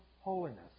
holiness